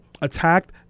attacked